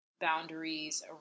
boundaries